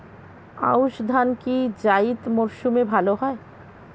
আউশ ধান কি জায়িদ মরসুমে ভালো হয়?